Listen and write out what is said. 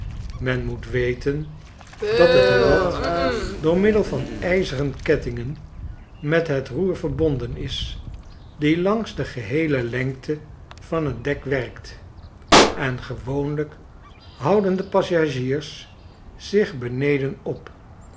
men moet weten dat het rad door middel van ijzeren kettingen met het roer verbonden is die langs de geheele lengte van t dek werkt en gewoonlijk houden de passagiers zich beneden op